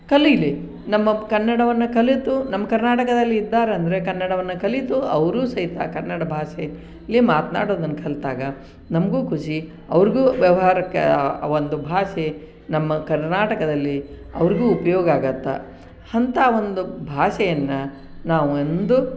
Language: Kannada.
ಕಲೀಲಿ ನಮ್ಮ ಕನ್ನಡವನ್ನು ಕಲಿತು ನಮ್ಮ ಕರ್ನಾಟಕದಲ್ಲಿ ಇದ್ದಾರಂದರೆ ಕನ್ನಡವನ್ನು ಕಲಿತು ಅವ್ರು ಸಹಿತ ಕನ್ನಡ ಭಾಷೆಲೆ ಮಾತ್ನಾಡೋದನ್ನು ಕಲಿತಾಗ ನಮ್ಗು ಖುಷಿ ಅವ್ರ್ಗು ವ್ಯವಹಾರಕ್ಕೆ ಆ ಆ ಒಂದು ಭಾಷೆ ನಮ್ಮ ಕರ್ನಾಟಕದಲ್ಲಿ ಅವ್ರಿಗು ಉಪಯೋಗ ಆಗತ್ತೆ ಅಂತಹ ಒಂದು ಭಾಷೆಯನ್ನು ನಾವೊಂದು